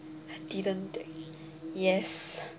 didn't take yes